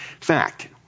Fact